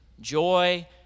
joy